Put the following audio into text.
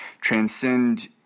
transcend